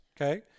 okay